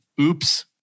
Oops